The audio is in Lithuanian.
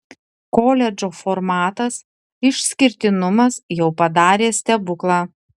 koledžo formatas išskirtinumas jau padarė stebuklą